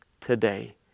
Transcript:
today